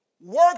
works